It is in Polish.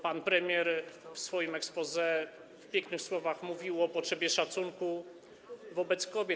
Pan premier w swoim exposé w pięknych słowach mówił o potrzebie szacunku wobec kobiet.